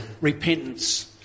repentance